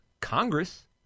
Congress